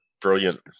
brilliant